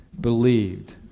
believed